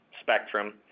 spectrum